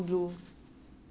没有了